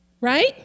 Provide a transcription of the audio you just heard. Right